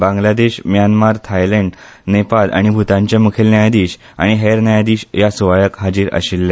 Bangladesh Myanmar Thailand Nepal आनी भूतानचे मुखेल न्यायाधिश आनी हेर न्यायाधिश ह्या सुवाळ्याक हाजीर आशिल्ले